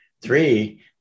Three